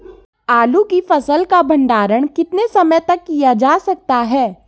आलू की फसल का भंडारण कितने समय तक किया जा सकता है?